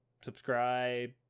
subscribe